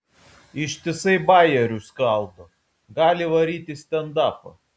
ištisai bajerius skaldo gali varyt į stendapą